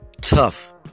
tough